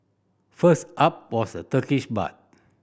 first up was the Turkish bath